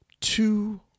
two